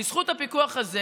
בזכות הפיקוח הזה